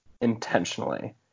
intentionally